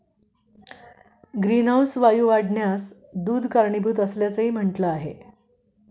greenhouse वायू वाढण्यास दूध कारणीभूत असल्याचेही म्हटले आहे